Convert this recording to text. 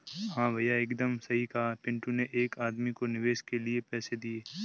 हां भैया एकदम सही कहा पिंटू ने एक आदमी को निवेश के लिए पैसे दिए